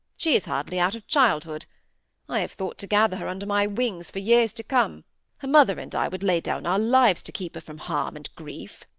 she is hardly out of childhood i have thought to gather her under my wings for years to come her mother and i would lay down our lives to keep her from harm and grief